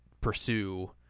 pursue